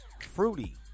fruity